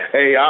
Hey